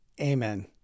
Amen